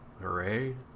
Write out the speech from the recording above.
hooray